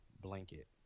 blanket